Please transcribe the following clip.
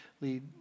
lead